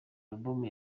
album